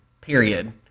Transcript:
period